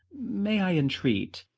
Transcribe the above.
may i entreat